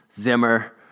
Zimmer